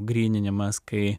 gryninimas kai